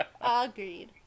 Agreed